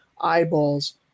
eyeballs